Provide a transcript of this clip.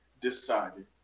decided